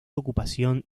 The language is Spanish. ocupación